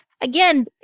again